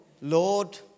Lord